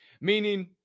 Meaning